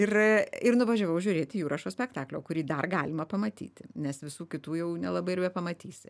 ir ir nuvažiavau žiūrėti jurašo spektaklio kurį dar galima pamatyti nes visų kitų jau nelabai ir bepamatysi